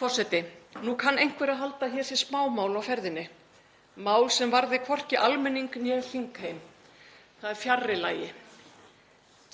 Forseti. Nú kann einhver að halda að hér sé smámál á ferðinni, mál sem varði hvorki almenning né þingheim. Það er fjarri lagi.